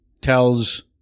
tells